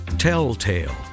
Telltale